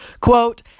quote